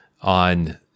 on